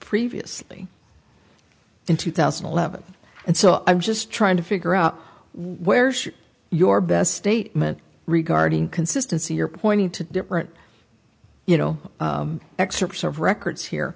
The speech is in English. previously in two thousand and eleven and so i'm just trying to figure out where she's your best statement regarding consistency you're pointing to different you know excerpts of records here